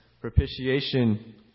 propitiation